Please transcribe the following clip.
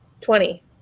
Twenty